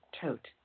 tote